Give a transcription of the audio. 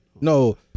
No